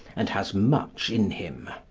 and has much in him.